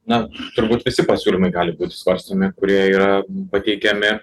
na turbūt visi pasiūlymai gali būti svarstomi kurie yra pateikiami